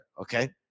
Okay